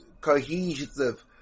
cohesive